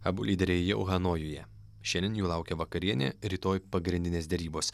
abu lyderiai jau hanojuje šiandien jų laukia vakarienė rytoj pagrindinės derybos